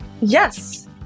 Yes